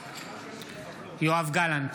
בעד יואב גלנט,